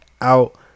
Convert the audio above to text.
out